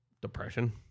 Depression